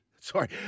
sorry